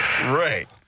Right